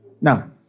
Now